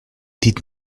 did